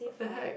what the heck